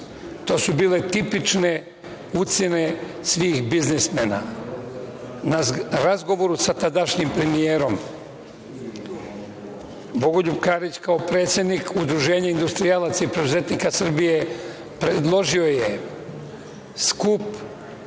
To su bile tipične ucene svih biznismena. Na razgovoru sa tadašnjim premijerom Bogoljub Karić, kao predsednik Udruženja industrijalaca i preduzetnika Srbije, predložio je skup